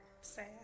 Sad